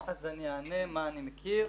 אני אומר מה אני מכיר.